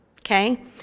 Okay